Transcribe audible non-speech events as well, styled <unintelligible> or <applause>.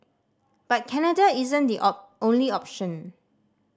but Canada isn't the <unintelligible> only option